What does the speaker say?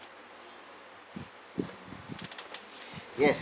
yes